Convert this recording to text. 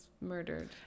murdered